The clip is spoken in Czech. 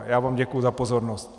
Já vám děkuji za pozornost.